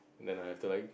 then I have to like